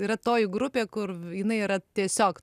yra toji grupė kur jinai yra tiesiog